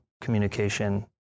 communication